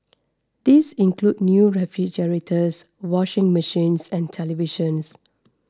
these include new refrigerators washing machines and televisions